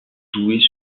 joués